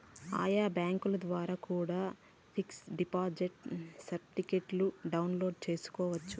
ఆయా బ్యాంకుల ద్వారా కూడా పిక్స్ డిపాజిట్ సర్టిఫికెట్ను డౌన్లోడ్ చేసుకోవచ్చు